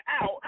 out